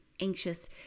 anxious